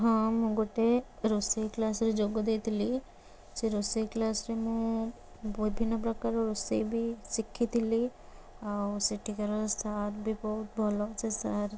ହଁ ମୁଁ ଗୋଟେ ରୋଷେଇ କ୍ଳାସରେ ଯୋଗ ଦେଇଥିଲି ସେଇ ରୋଷେଇ କ୍ଳାସରେ ମୁଁ ବିଭିନ୍ନ ପ୍ରକାର ରୋଷେଇ ବି ଶିଖିଥିଲି ଆଉ ସେଠିକାର ସାର୍ ବି ବହୁତ ଭଲ ସେ ସାର୍